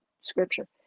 scripture